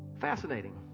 Fascinating